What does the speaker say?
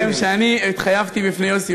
שתדעו לכם שאני התחייבתי בפני יוסי